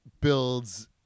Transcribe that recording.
builds